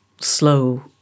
slow